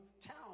town